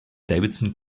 davidson